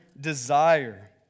desire